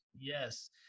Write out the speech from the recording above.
Yes